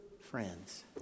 friends